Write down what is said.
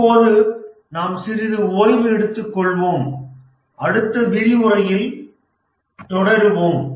இப்போது நாம் சிறிது ஓய்வு எடுத்துக்கொள்வோம் அடுத்த வரிவுரையில் தொடருவோம்